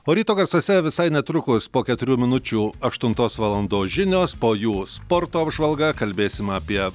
o ryto garsuose visai netrukus po keturių minučių aštuntos valandos žinios po jų sporto apžvalga kalbėsim apie